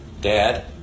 Dad